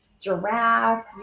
giraffe